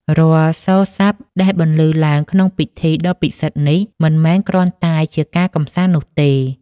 រាល់សូរស័ព្ទដែលបន្លឺឡើងក្នុងពិធីដ៏ពិសិដ្ឋនេះ មិនមែនគ្រាន់តែជាការកម្សាន្តនោះទេ